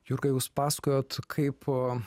jurga jūs pasakojot kaip